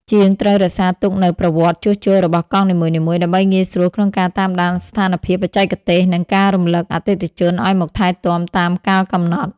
ជាងត្រូវរក្សាទុកនូវប្រវត្តិជួសជុលរបស់កង់នីមួយៗ ដើម្បីងាយស្រួលក្នុងការតាមដានស្ថានភាពបច្ចេកទេស និងការរំលឹកអតិថិជនឱ្យមកថែទាំតាមកាលកំណត់។